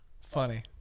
Funny